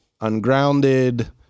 ungrounded